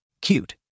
Cute